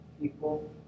people